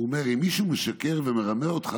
הוא אומר: אם מישהו משקר ומרמה אותך,